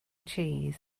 cheese